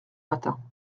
matin